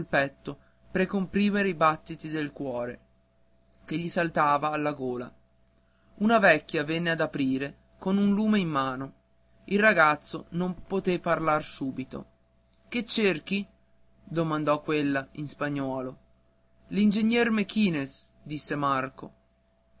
petto per comprimere i battiti del cuore che gli saltava alla gola una vecchia venne ad aprire con un lume in mano il ragazzo non poté parlar subito chi cerchi domandò quella in spagnuolo l'ingegnere mequinez disse marco